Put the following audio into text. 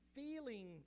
feeling